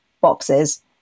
boxes